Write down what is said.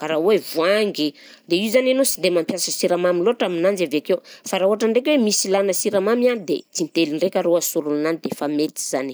karaha hoe voangy, dia io zany ianao sy dia mampiasa siramamy loatra aminanjy avy akeo fa raha ohatra ndraika hoe misy ilana siramamy an dia tintely ndraika no asolo ananjy dia efa mety zany